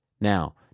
Now